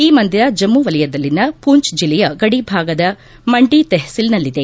ಈ ಮಂದಿರ ಜಮ್ನು ವಲಯದಲ್ಲಿನ ಪೂಂಚ್ ಜಿಲ್ಲೆಯ ಗಡಿಭಾಗದ ಮಂಡಿ ತೆಹ್ಲಿಲ್ನಲ್ಲಿದೆ